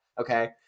Okay